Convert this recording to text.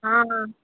ஆ